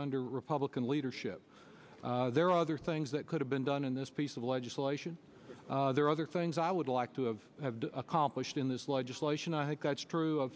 under republican leadership there are other things that could have been done in this piece of legislation there are other things i would like to have accomplished in this legislation i think that's true of